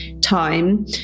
time